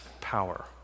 power